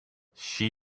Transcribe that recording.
she